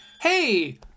Hey